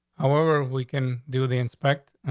however, we can do the inspect,